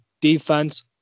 Defense